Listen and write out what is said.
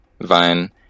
vine